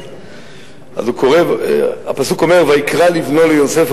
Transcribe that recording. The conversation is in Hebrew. ליוסף, אז הפסוק אומר: ויקרא לבנו ליוסף.